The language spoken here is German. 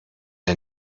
der